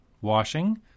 washing